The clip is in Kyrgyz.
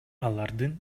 алардын